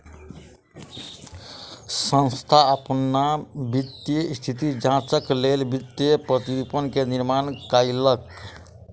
संस्थान अपन वित्तीय स्थिति जांचक लेल वित्तीय प्रतिरूपण के निर्माण कयलक